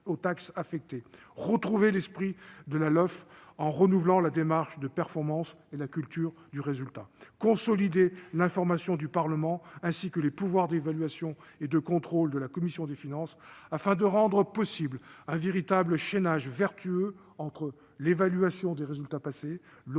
aux taxes affectées ; retrouver l'esprit de la LOLF en renouvelant la démarche de performance et la culture du résultat ; consolider l'information du Parlement, ainsi que les pouvoirs d'évaluation et de contrôle de la commission des finances, afin de rendre possible un véritable «" chaînage vertueux " entre l'évaluation des résultats passés, l'autorisation